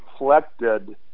reflected